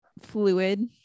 fluid